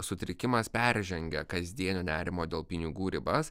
sutrikimas peržengia kasdienio nerimo dėl pinigų ribas